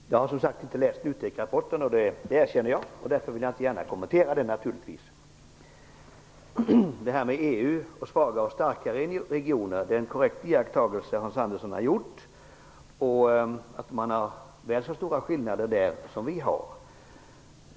Herr talman! Jag erkänner att jag inte har läst NUTEK-rapporten. Därför vill jag naturligtvis inte gärna kommentera den. Hans Andersson har gjort en korrekt iakttagelse vad gäller svaga och starka regioner i EU; skillnaderna är väl så stora där som här.